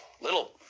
little